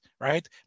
right